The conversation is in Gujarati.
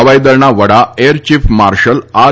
હવાઈદળના વડા એર ચીફ માર્શલ આર